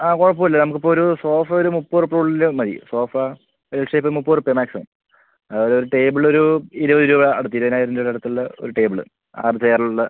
ആ കുഴപ്പം ഇല്ല നമുക്ക് ഇപ്പം ഒരു സോഫ ഒര് മുപ്പത് ഉർപ്യ ഉള്ളില് മതി സോഫ എൽ ഷേപ്പ് മുപ്പത് ഉർപ്യ മാക്സിമം അത് ഒര് ടേബിള് ഒരു ഇരുപത് രൂപ അടുത്ത് ഇരുപതിനായിരം രൂപ അടുത്തുള്ള ഒര് ടേബിള് ആറ് ചെയർ ഉള്ള